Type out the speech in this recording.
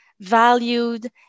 valued